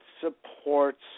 supports